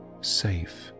safe